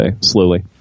slowly